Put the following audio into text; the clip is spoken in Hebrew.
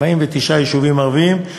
49 יישובים ערביים.